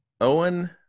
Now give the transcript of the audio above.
Owen